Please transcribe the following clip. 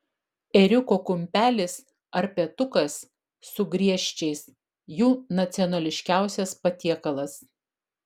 ėriuko kumpelis ar petukas su griežčiais jų nacionališkiausias patiekalas